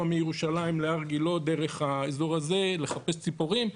מירושלים להר גילה דרך האזור הזה כדי לחפש ציפורים,